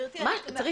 גם